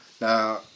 Now